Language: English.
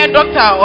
Doctor